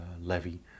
levy